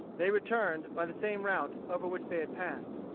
they returned, by the same route over which they had passed.